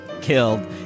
killed